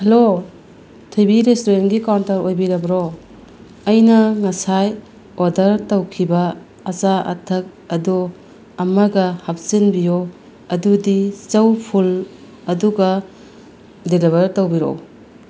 hello ꯊꯣꯏꯕꯤ ꯔꯦꯁꯇꯨꯔꯦꯟꯒꯤ counter ꯑꯣꯏꯕꯤꯔꯕ꯭ꯔꯣ ꯑꯩꯅ ꯉꯁꯥꯏ ꯑꯣꯗꯔ ꯇꯧꯈꯤꯕ ꯑꯆꯥ ꯑꯊꯛ ꯑꯗꯨ ꯑꯃꯒ ꯍꯥꯞꯆꯤꯟꯕꯤꯌꯨ ꯑꯗꯨꯗꯤ ꯆꯧ ꯐꯨꯜ ꯑꯗꯨꯒ ꯗꯦꯂꯤꯕꯔ ꯇꯧꯕꯤꯔꯛꯑꯣ